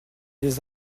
les